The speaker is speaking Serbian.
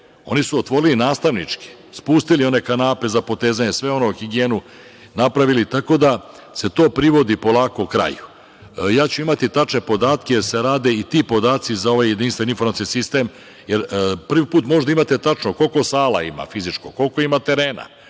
oni su otvorili nastavnički, spustili one kanape za potezanje, svu higijenu napravili, tako da se to privodi polako kraju. Imaću tačne podatke jer se rade i ti podaci za ovaj jedinstveni informacioni sistem jer prvi put možda imate tačno koliko sala ima za fizičko, koliko ima terena.